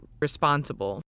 responsible